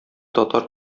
татар